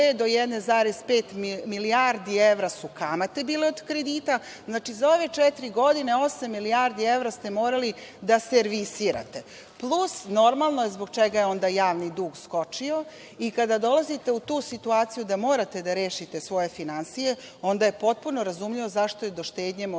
do 1,5 milijardi evra su kamate bile od kredita. Znači za ove četiri godine 8 milijardi evra ste morali da servisirate, plus normalno je zbog čega je onda javni dug skočio. Kada dolazite u tu situaciju da morate da rešite svoje finansije onda je potpuno razumljivo zašto je do štednje moralo